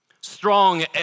Strong